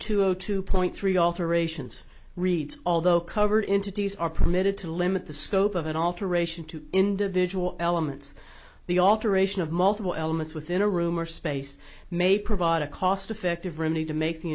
zero two point three alterations reads although covered in tattoos are permitted to limit the scope of an alteration to individual elements the alteration of multiple elements within a room or space may provide a cost effective remedy to make the